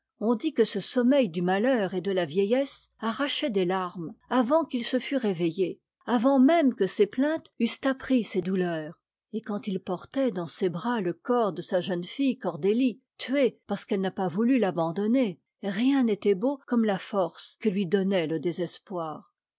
on dit que ce sommeil du malheur et de la vieillesse arrachait des larmes avant qu'il se fût réveillé avant même que ses plaintes eussent appris ses douleurs et quand il portait dans ses bras le corps de sa jeune fille cordélie tuée parce qu'elle n'a pas voulu l'abandonner rien n'était beau comme la force que lui donnait le désespoir